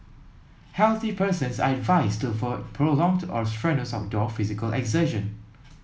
healthy persons are advised to avoid prolonged or strenuous outdoor physical exertion